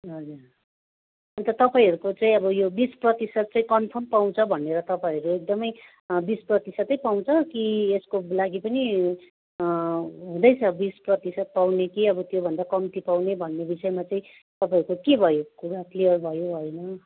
हजुर अन्त तपाईँहरूको चाहिँ अब यो बिस प्रतिसत चाहिँ कन्फर्म पाउँछ भनेर तपाईँहरू एकदमै बिस प्रतिसतै पाउँछ कि एसको लागि पनि हुँदैछ बिस प्रतिसत पाउने कि अब त्योभन्दा कम्ति पाउने भन्ने बिषयमा चाहिँ तपाईँहरूको के भयो कुरा क्लियर भयो भएन